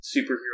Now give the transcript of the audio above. superhero